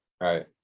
right